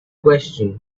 question